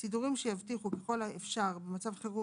סידורים שיבטיחו ככל האפשר במצב חירום